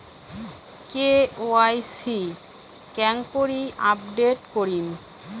KYC কেঙ্গকরি update করিম?